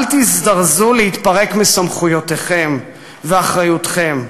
אל תזדרזו להתפרק מסמכויותיכם ומאחריותכם.